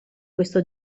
questo